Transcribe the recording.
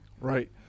right